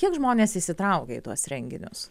kiek žmonės įsitraukia į tuos renginius